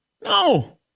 no